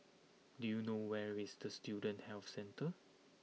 do you know where is the Student Health Centre